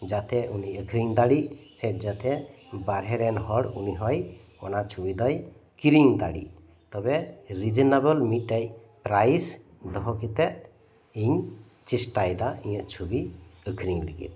ᱡᱟᱛᱮ ᱩᱱᱤ ᱟᱠᱷᱨᱤᱧ ᱫᱟᱲᱮᱜ ᱥᱮ ᱡᱟᱛᱮ ᱵᱟᱨᱦᱮ ᱨᱮᱱ ᱦᱚᱲ ᱩᱱᱤ ᱦᱚᱸᱭ ᱚᱱᱟ ᱪᱷᱚᱵᱤ ᱫᱚᱭ ᱠᱤᱨᱤᱧ ᱫᱟᱲᱮᱜ ᱛᱚᱵᱮ ᱨᱤᱡᱮᱱᱮᱵᱚᱞ ᱢᱤᱜᱴᱮᱡ ᱯᱨᱟᱭᱤᱥ ᱫᱚᱦᱚ ᱠᱟᱛᱮᱫ ᱤᱧ ᱪᱮᱥᱴᱟᱭᱮᱫᱟ ᱤᱧᱟᱹᱜ ᱪᱷᱚᱵᱤ ᱟᱠᱷᱨᱤᱧ ᱞᱟᱹᱜᱤᱫ